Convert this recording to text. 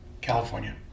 California